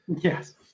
Yes